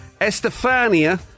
Estefania